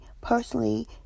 personally